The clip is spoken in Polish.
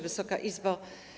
Wysoka Izbo!